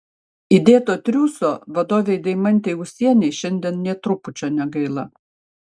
įdėto triūso vadovei deimantei ūsienei šiandien nė trupučio negaila